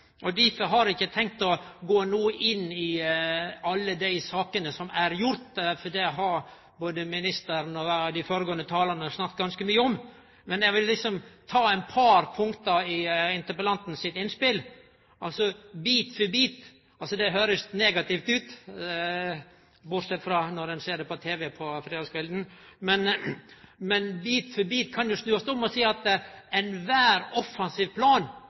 Difor har eg ikkje tenkt å gå inn i alle dei sakene som er gjorde, for det har både ministeren og dei føregåande talarane snakka ganske mykje om, men eg vil ta føre meg eit par punkt i interpellanten sitt innspel. Bit-for-bit høyrest for meg negativt ut – bortsett frå når ein ser det på tv på fredagskvelden. Men bit for bit kan jo snuast om. Ein kan seie at alle offensive planar må ein